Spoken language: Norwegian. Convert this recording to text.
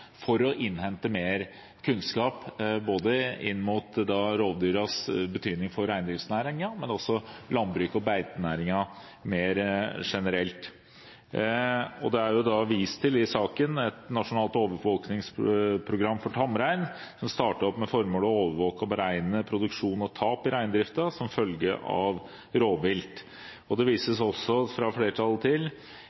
for å innhente mer kunnskap, både om rovdyrenes betydning for reindriftsnæringen og også om landbruks- og beitenæringen mer generelt. I saken er det vist til et nasjonalt overvåkningsprogram for tamrein, som startet opp med det formål å overvåke og beregne produksjon og tap i reindriften som følge av rovvilt.